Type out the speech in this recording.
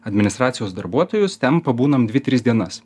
administracijos darbuotojus ten pabūnam dvi tris dienas